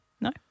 No